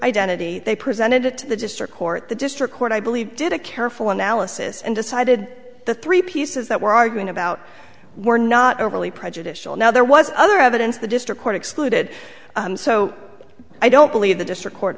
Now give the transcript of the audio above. identity they presented it to the district court the district court i believe did a careful analysis and decided the three pieces that we're arguing about were not overly prejudicial now there was other evidence the district court excluded so i don't believe the district court